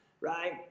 right